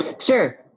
Sure